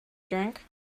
drink